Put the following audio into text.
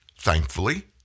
Thankfully